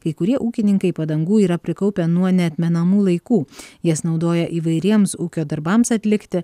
kai kurie ūkininkai padangų yra prikaupę nuo neatmenamų laikų jas naudoja įvairiems ūkio darbams atlikti